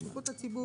בטיחות הציבור,